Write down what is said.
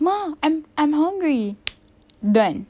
ma I'm I'm hungry done